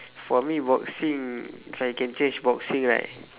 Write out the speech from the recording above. for me boxing if I can change boxing right